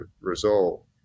result